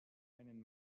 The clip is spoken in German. einen